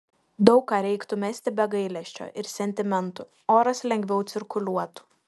daug ką reiktų mesti be gailesčio ir sentimentų oras lengviau cirkuliuotų